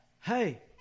Hey